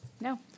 No